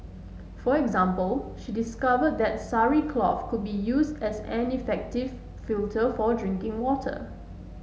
for example she discovered that sari cloth could be used as an effective filter for drinking water